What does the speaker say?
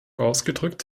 ausgedrückt